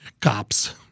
cops